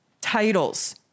titles